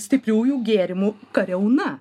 stipriųjų gėrimų kariauna